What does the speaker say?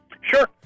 Sure